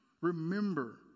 remember